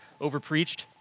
overpreached